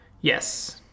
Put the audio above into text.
yes